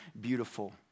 beautiful